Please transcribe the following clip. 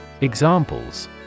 Examples